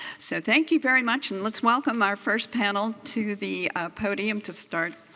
so thank you very much and let's welcome our first panel to the podium to start.